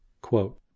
Quote